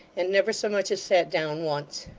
and never so much as sat down, once.